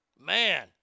Man